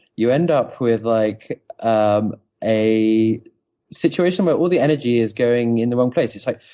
you end up with like um a situation where all the energy is going in the wrong place. it's like,